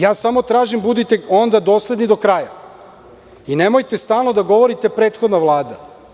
Ja samo tražim, budite onda dosledni do kraja, i nemojte stalno da govorite – prethodna Vlada.